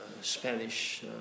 Spanish